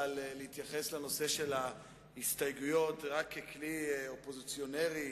להתייחס לנושא של ההסתייגויות רק ככלי אופוזיציוני,